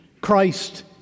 Christ